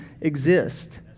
exist